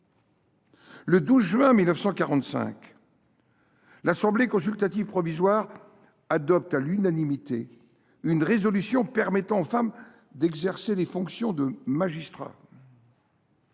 Le 12 juin 1945, l’Assemblée consultative provisoire adopte à l’unanimité une résolution permettant aux femmes d’exercer la fonction de magistrat.